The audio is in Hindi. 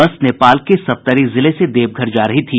बस नेपाल के सप्तरी जिले से देवघर जा रही थी